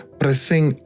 pressing